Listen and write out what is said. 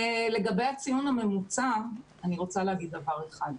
לגבי הציון הממוצע אני רוצה להגיד דבר אחד.